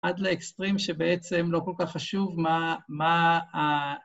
עד לאקסטרים שבעצם לא כל כך חשוב מה...